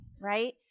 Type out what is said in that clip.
right